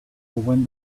when